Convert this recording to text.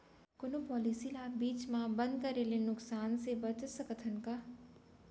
कोनो पॉलिसी ला बीच मा बंद करे ले नुकसान से बचत सकत हन का?